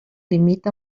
limita